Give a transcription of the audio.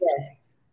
Yes